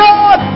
God